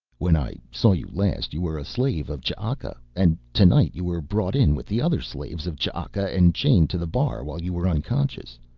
when i saw you last you were a slave of ch'aka, and tonight you were brought in with the other slaves of ch'aka and chained to the bar while you were unconscious.